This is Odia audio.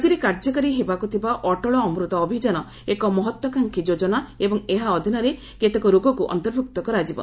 ରାଜ୍ୟରେ କାର୍ଯ୍ୟକାରୀ ହେବାକୁଥିବା ଅଟଳ ଅମୃତ ଅଭିଯାନ ଏକ ମହତ୍ପାକଂକ୍ଷୀ ଯୋଜନା ଏବଂ ଏହା ଅଧୀନରେ କେତେକ ରୋଗକୁ ଅନ୍ତର୍ଭୁକ୍ତ କରାଯିବ